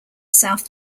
south